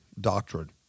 doctrine